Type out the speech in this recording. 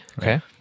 okay